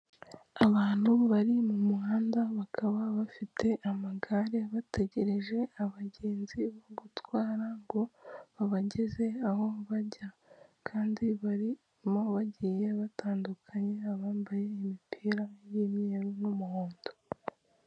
Abantu bari mu muhanda bakaba bafite amagare, bategereje abagenzi bo gutwara ngo baba babageze aho bajya, kandi barimo bagiye batandukanye, abambaye imipira y'imweru n'umuhondo.